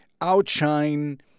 Outshine